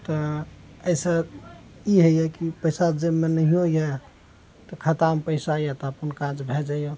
तऽ अइसँ ई हइए की पैसा जेबमे नहियो यए तऽ खातामे पैसा यए तऽ अपन काज भए जाइए